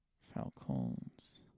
Falcons